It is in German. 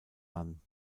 mann